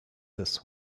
this